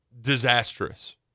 disastrous